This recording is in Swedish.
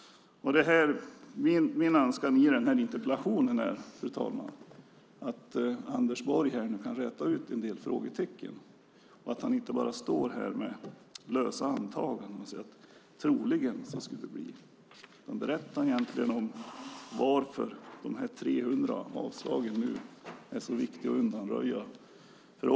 Fru talman! Min önskan i den här interpellationen är att Anders Borg ska räta ut en del frågetecken och att han inte bara står här med lösa antaganden och säger "troligen". Berätta varför de 300 avslagen är så viktiga att undanröja!